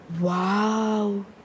wow